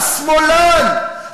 השמאלן,